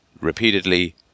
repeatedly